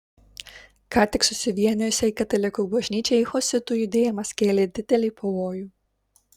ką tik susivienijusiai katalikų bažnyčiai husitų judėjimas kėlė didelį pavojų